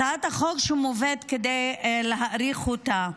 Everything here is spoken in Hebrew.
הצעת החוק שמובאת כדי להאריך אותה.